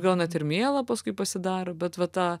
gal net ir miela paskui pasidaro bet va ta